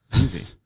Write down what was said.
Easy